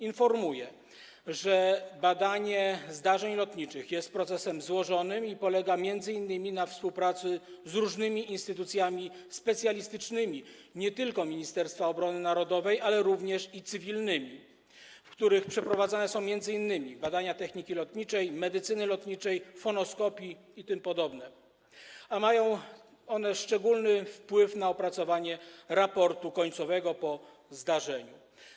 Informuję, że badanie zdarzeń lotniczych jest procesem złożonym i polega m.in. na współpracy z różnymi instytucjami specjalistycznymi, nie tylko Ministerstwa Obrony Narodowej, ale również cywilnymi, w których przeprowadzane są m.in. badania z zakresu techniki lotniczej, medycyny lotniczej, fonoskopii itp., które mają one szczególny wpływ na opracowanie raportu końcowego po zdarzeniu.